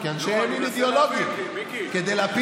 אידיאולוגיה, שחוברים